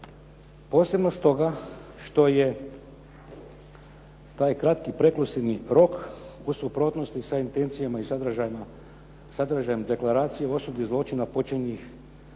posebno stoga što je taj kratki prekluzivni rok u suprotnosti sa intencijama i sadržajem deklaracije … /Govornik